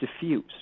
diffuse